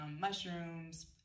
mushrooms